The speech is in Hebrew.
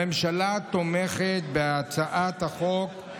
הממשלה תומכת בהצעת החוק,